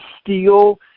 steel